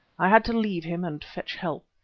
i had to leave him and fetch help.